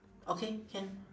okay can